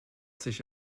sich